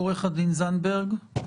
עו"ד זנדברג.